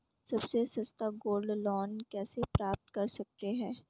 सबसे सस्ता gold loan कैसे प्राप्त कर सकते हैं?